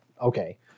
okay